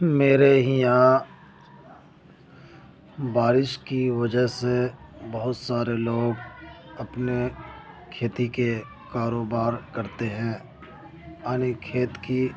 میرے یہاں بارش کی وجہ سے بہت سارے لوگ اپنے کھیتی کے کاروبار کرتے ہیں یعنی کھیت کی